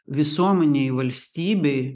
visuomenei valstybei